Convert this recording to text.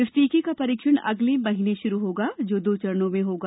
इस टीके का परीक्षण अगले महीने शुरू होगा जो दो चरणों में होगा